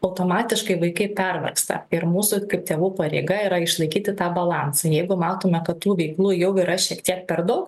automatiškai vaikai pervargsta ir mūsų kaip tėvų pareiga yra išlaikyti tą balansą jeigu matome kad tų veiklų jau yra šiek tiek per daug